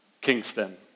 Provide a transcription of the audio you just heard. Kingston